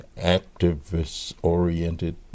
activist-oriented